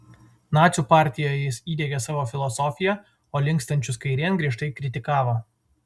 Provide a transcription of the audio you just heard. nacių partijoje jis įdiegė savo filosofiją o linkstančius kairėn griežtai kritikavo